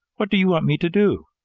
what do you want me to do?